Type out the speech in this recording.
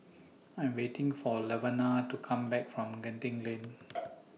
I Am waiting For Laverna to Come Back from Genting Lane